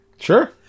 Sure